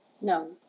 No